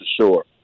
sure